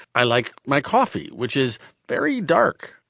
i like my coffee, which is very dark,